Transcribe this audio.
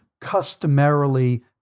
customarily